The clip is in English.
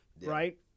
right